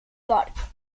porc